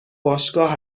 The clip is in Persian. باشگاه